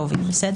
זה עולם אחר.